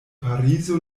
parizo